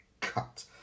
cut